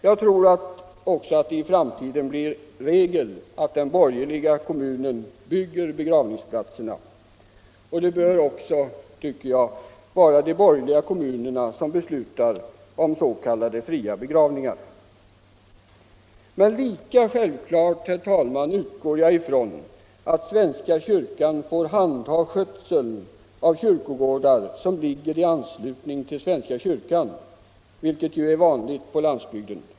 Jag tror också att det i framtiden blir regel att den borgerliga kommunen bygger begravningsplatserna. Det bör också, tycker jag, vara de borgerliga kommunerna som beslutar om s.k. fria begravningar. Men lika självklart, herr talman, utgår jag ifrån att svenska kyrkan får handha skötseln av kyrkogårdar som ligger i anslutning till kyrkan, vilket ju är vanligt på landsbygden.